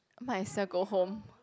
might as well go home